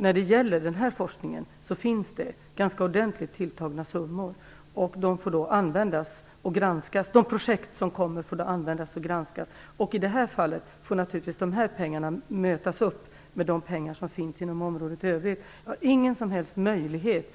När det gäller denna forskning finns det ganska ordentligt tilltagna summor som kan användas. Projekten får då granskas. I det här fallet får naturligtvis dessa pengar mötas upp med de pengar som finns inom området i övrigt. Jag har utifrån min roll ingen som helst möjlighet